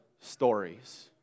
stories